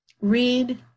read